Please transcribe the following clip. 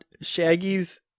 Shaggy's